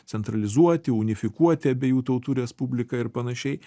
centralizuoti unifikuoti abiejų tautų respubliką ir panašiai